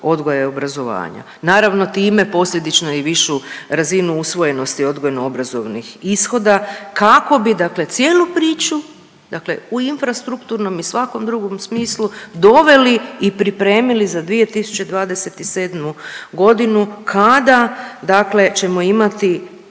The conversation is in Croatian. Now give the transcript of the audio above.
odgoja i obrazovanja, naravno time posljedično i višu razinu usvojenosti odgojno obrazovnih ishoda kako bi dakle cijelu priču dakle u infrastrukturnom i svakom drugom smislu doveli i pripremili za 2027.g. kada dakle ćemo imati